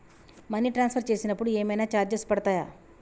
Money transfer చేసినప్పుడు ఏమైనా charges పడతయా?